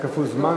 היה כפול זמן,